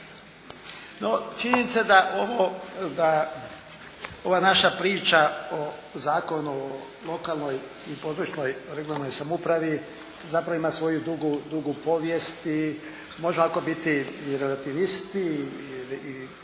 No, činjenica da ovo, da ova naša priča o Zakonu o lokalnoj i područnoj (regionalnoj) samoupravi, zapravo ima svoju dugu povijest i možemo ovako biti i relativisti pa reći